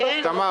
כן.